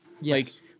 Yes